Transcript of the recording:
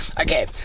Okay